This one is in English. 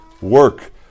work